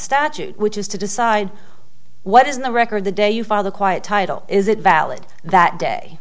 statute which is to decide what is in the record the day you file the quiet title is it valid that day